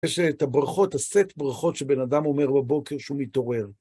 יש את הברכות, הסט ברכות שבן אדם אומר בבוקר כשהוא מתעורר.